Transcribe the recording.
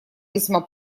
весьма